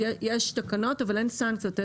יש תקנות אבל אין סנקציות.